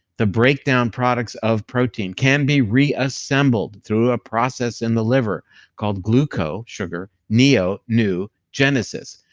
the breakdown products of protein can be reassembled through a process in the liver called gluco, sugar, neo, new, genesis.